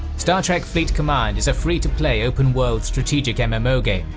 star trek fleet command is a free-to-play open-world, strategic um mmo game,